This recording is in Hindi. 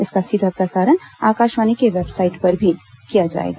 इसका सीधा प्रसारण आकाशवाणी की वेबसाइट पर भी किया जाएगा